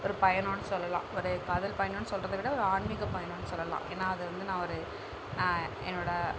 ஒரு பயணனு சொல்லலாம் ஒரு காதல் பயணம்னு சொல்லுவதவிட ஒரு ஆன்மிக பயணம்னு சொல்லலாம் ஏன்னா அதுவந்து நான் ஒரு என்னோட